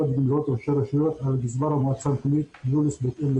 זאת אומרת בסך הכול מדובר פה באנשים משרתי ציבור שהם ודאי לא